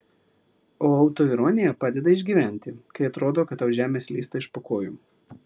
o autoironija padeda išgyventi kai atrodo kad tau žemė slysta iš po kojų